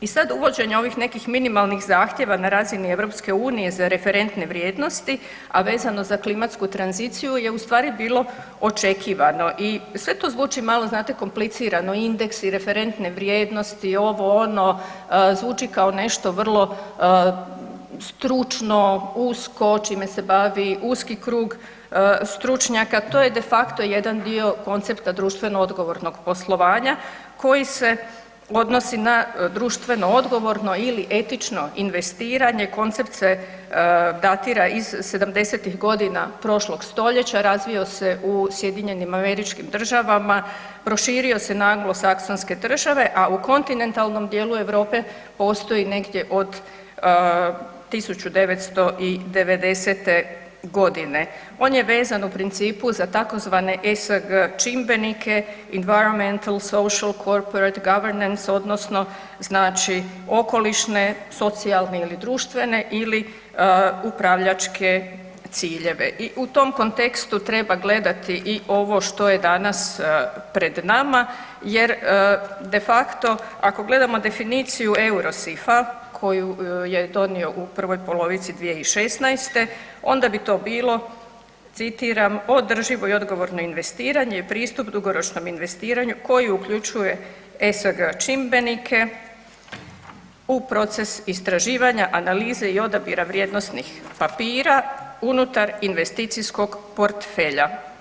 I sad uvođenjem ovih nekih minimalnih zahtjeva, na razini EU za referentne vrijednosti, a vezano za klimatsku tranziciju je ustvari bilo očekivano i sve to zvuči malo, znate, komplicirano, indeksi, referentne vrijednosti, ovo, ono, zvuči kao nešto vrlo stručno, usko, čime se bavi uski krug stručnjaka, to je de facto jedan dio koncepta društveno odgovornog poslovanja koji se odnosi na društveno odgovorno ili etično investiranje, koncept se datira iz 70-ih godina prošlog stoljeća, razvio se u SAD-u, proširio se na anglosaksonske države, a u kontinentalnom dijelu Europe postoji negdje od 1990. g. On je vezan u principu za tzv. ESG čimbenike, Environmental, social corporate governance odnosno znači okolišne socijalne ili društvene ili upravljačke ciljeve i u tom kontekstu treba gledati i ovo što je danas pred nama jer de facto, ako gledamo definiciju Eurosifa koju je donio u prvoj polovici 2016. onda bi to bilo, citiram, održivo i odgovorno investiranje i pristup dugoročnom investiranju koje uključuje ESG čimbenike u proces istraživanja, analize i odabira vrijednosnih papira unutar investicijskog portfelja.